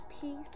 peace